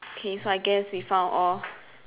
okay so I guess we found all